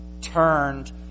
turned